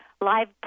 live